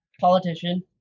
politician